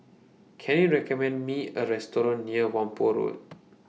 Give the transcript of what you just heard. Can YOU recommend Me A Restaurant near Whampoa Road